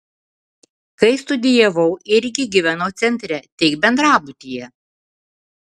kai studijavau irgi gyvenau centre tik bendrabutyje